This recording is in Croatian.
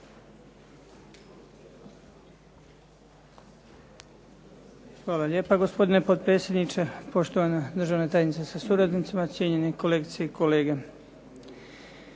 Hvala lijepa. Gospodine potpredsjedniče, poštovana državna tajnice sa suradnicima, cijenjene kolegice i kolege.